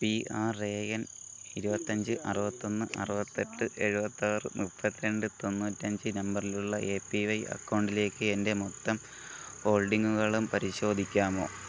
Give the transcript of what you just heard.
P R A N ഇരുപത്തഞ്ച് അറുപത്തൊന്ന് അറുപത്തെട്ട് എഴുപത്താറ് മുപ്പത്ത് രണ്ട് തൊണ്ണൂറ്റഞ്ച് നമ്പറിലുള്ള എ പി വൈ അക്കൗണ്ടിലെക്ക് എൻ്റെ മൊത്തം ഹോൾഡിംഗുകളും പരിശോധിക്കാമോ